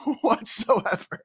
whatsoever